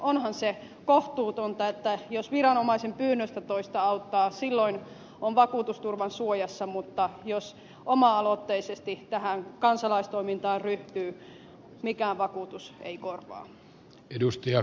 onhan se kohtuutonta että jos viranomaisen pyynnöstä toista auttaa silloin on vakuutusturvan suojassa mutta jos oma aloitteisesti tähän kansalaistoimintaan ryhtyy mikään vakuutus ei korvaa